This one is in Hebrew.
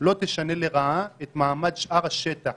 לא תשנה לרעה את מעמד שאר השטח